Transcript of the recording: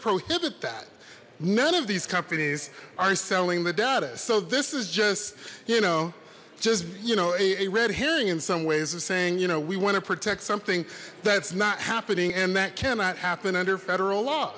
prohibit that none of these companies are selling the data so this is just you know just you know a red herring in some ways of saying you know we want to protect something that's not happening and that cannot happen under federal law